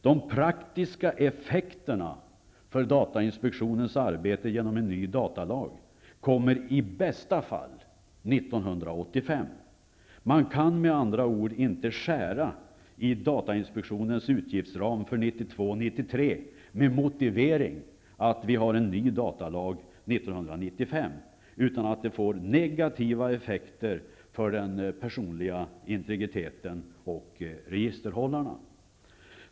De praktiska effekterna för datainspektionens arbete av en ny datalag kommer i bästa fall 1995. Man kan med andra ord inte skära i datainspektionens utgiftsram för 1992/93 med motiveringen att vi har en ny datalag 1995 utan att det får negativa effekter för den personliga integriteten och för registerhållarna.